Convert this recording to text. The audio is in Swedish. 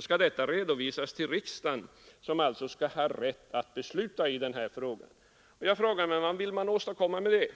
skall detta redovisas för riksdagen, som alltså skall ha rätt att besluta i den här frågan. Vad vill man åstadkomma med det?